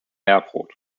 airport